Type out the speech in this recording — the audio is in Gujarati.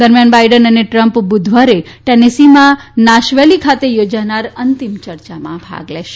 દરમિયાન બાઇડન અને ટ્રમ્પ બુઘવારે ટેનેસીના નાશવેલી ખાતે યોજાનાર અંતિમ ચર્ચામાં ભાગ લેશે